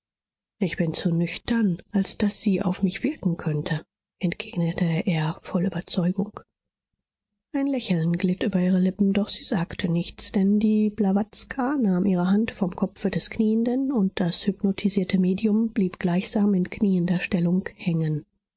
ich bin zu nüchtern als daß sie auf mich wirken könnte entgegnete er voll überzeugung ein lächeln glitt über ihre lippen doch sie sagte nichts denn die blawatska nahm ihre hand vom kopfe des knieenden und das hypnotisierte medium blieb gleichsam in knieender stellung hängen